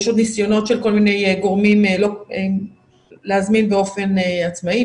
יש עוד ניסיונות של כל מיני גורמים להזמין באופן עצמאי,